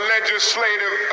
legislative